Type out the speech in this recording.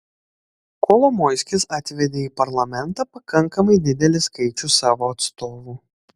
kolomoiskis atvedė į parlamentą pakankamai didelį skaičių savo atstovų